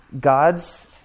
God's